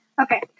Okay